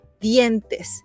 dientes